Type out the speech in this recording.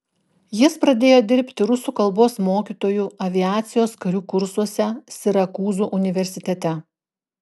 jis pradėjo dirbti rusų kalbos mokytoju aviacijos karių kursuose sirakūzų universitete